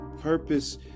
purpose